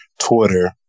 Twitter